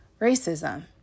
racism